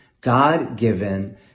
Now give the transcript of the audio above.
God-given